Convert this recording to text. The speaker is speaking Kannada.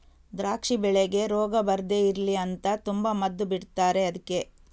ದ್ರಾಕ್ಷಿ ಬೆಳೆಗೆ ರೋಗ ಬರ್ದೇ ಇರ್ಲಿ ಅಂತ ತುಂಬಾ ಮದ್ದು ಬಿಡ್ತಾರೆ ಅದ್ಕೆ